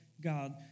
God